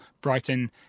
Brighton